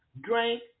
drink